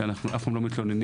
שאנחנו אף פעם לא מתלוננים,